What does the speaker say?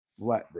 flatbread